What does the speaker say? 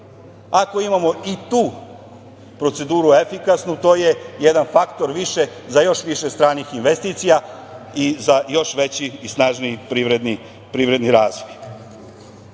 Ako imamo i tu proceduru efikasnu, to je jedan faktor više za još više stranih investicija i za još veći i snažniji privredni razvoj. Kada